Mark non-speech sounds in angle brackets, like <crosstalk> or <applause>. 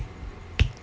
<noise>